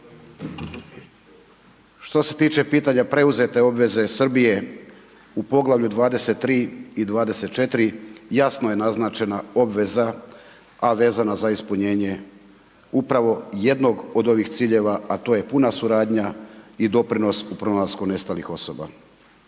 što se tiče pitanja preuzete obveze Srbije u Poglavlju 23. i 24. jasno je naznačena obveza a vezana za ispunjenje upravo jednog od ovih ciljeva, a to je puna suradnja i doprinos u pronalasku nestalih osoba.